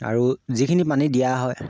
আৰু যিখিনি পানী দিয়া হয়